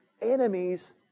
enemies